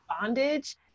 bondage